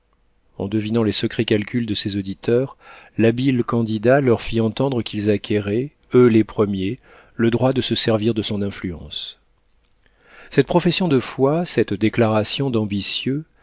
en devinant les secrets calculs de ses auditeurs l'habile candidat leur fit entendre qu'ils acquéraient eux les premiers le droit de se servir de son influence cette profession de foi cette déclaration d'ambitieux